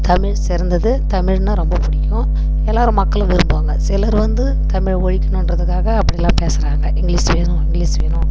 தமிழ் சிறந்தது தமிழ்ன்னா ரொம்ப பிடிக்கும் எல்லாரும் மக்களும் விரும்புவாங்க சிலர் வந்து தமிழை ஒழிக்கணுன்றதுக்காக அப்படிலாம் பேசறாங்க இங்கிலீஸ் வேணும் இங்கிலீஸ் வேணும்